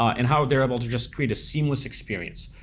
and how they're able to just create a seamless experience.